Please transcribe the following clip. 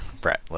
Brett